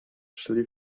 szli